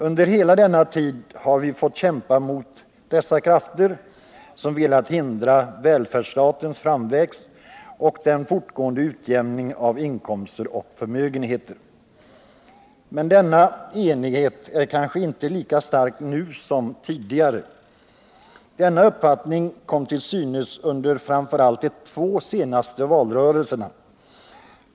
Under hela denna tid har vi fått kämpa mot de krafter som velat förhindra välfärdsstatens framväxt och den fortgående utjämningen av inkomster och förmögenheter. Men enigheten är kanske inte lika stark nu som tidigare. Denna uppfattning kom till synes under framför allt de två senaste valrörelserna.